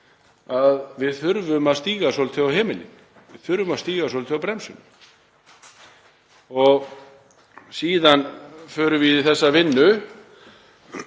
að við þurfum að stíga svolítið á hemilinn, við þurfum að stíga svolítið á bremsuna. Síðan förum við í þessa vinnu